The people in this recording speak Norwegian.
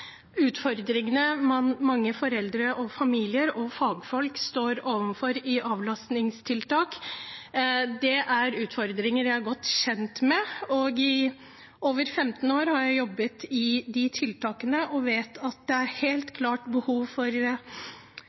utfordringene mange foreldre, familier og fagfolk står overfor i avlastningstiltak, er utfordringer jeg er godt kjent med. I over 15 år har jeg jobbet i de tiltakene, og jeg vet at det helt klart er behov for å forbedre disse helse- og omsorgstjenestene. Det